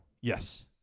Yes